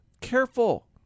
careful